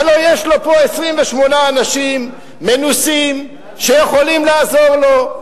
הלוא יש לו פה 28 אנשים מנוסים שיכולים לעזור לו,